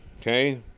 okay